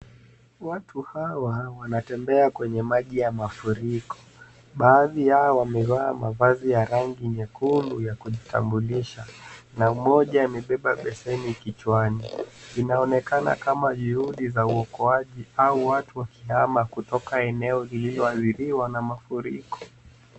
Watu hawa wanatembea kwenye maji ya mafuriko. Baadhi yao wamevaa mavazi ya rangi nyekundu ya kujitambulisha, na mmoja amebeba beseni kichwani. Inaonekana kama juhudi za uokoaji au watu wakihama kutoka eneo lililoadhiriwa na mafuriko.